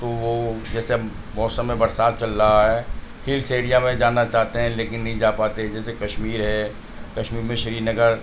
تو وہ جیسے اب موسم برسات چل رہا ہے ہیلس ایریا میں جانا چاہتے ہیں لیکن نہیں جا پاتے جیسے کشمیر ہے کشمیر میں سری نگر